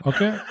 Okay